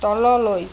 তললৈ